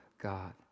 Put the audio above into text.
God